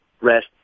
rest